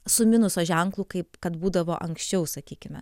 su minuso ženklu kaip kad būdavo anksčiau sakykime